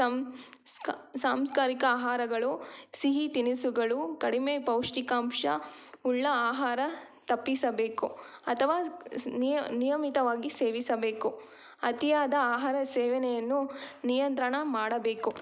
ಸಂಸ್ಕ ಸಂಸ್ಕಾರಿತ ಆಹಾರಗಳು ಸಿಹಿ ತಿನಿಸುಗಳು ಕಡಿಮೆ ಪೌಷ್ಟಿಕಾಂಶ ಉಳ್ಳ ಆಹಾರ ತಪ್ಪಿಸಬೇಕು ಅಥವಾ ಸ್ ನಿಯ ನಿಯಮಿತವಾಗಿ ಸೇವಿಸಬೇಕು ಅತಿಯಾದ ಆಹಾರ ಸೇವನೆಯನ್ನು ನಿಯಂತ್ರಣ ಮಾಡಬೇಕು